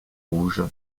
rouge